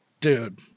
Dude